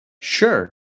Sure